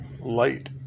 light